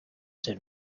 said